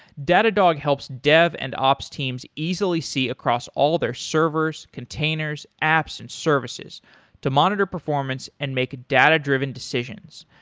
datadog helps dev and ops teams easily see across all their servers, containers, apps and services to monitor performance and make a data driven decisions.